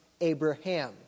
Abraham